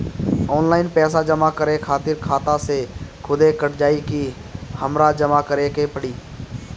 Online पैसा जमा करे खातिर खाता से खुदे कट जाई कि हमरा जमा करें के पड़ी?